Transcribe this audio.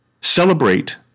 Celebrate